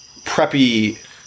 preppy